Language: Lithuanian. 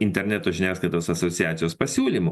interneto žiniasklaidos asociacijos pasiūlymų